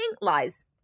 lies